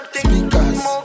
speakers